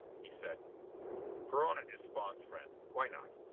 he said perona is spawn's friend. why not?